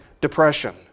depression